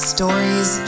Stories